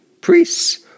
priests